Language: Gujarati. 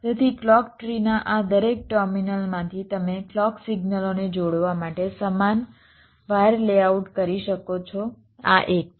તેથી ક્લૉક ટ્રીના આ દરેક ટર્મિનલમાંથી તમે ક્લૉક સિગ્નલોને જોડવા માટે સમાન વાયર લેઆઉટ કરી શકો છો આ એક છે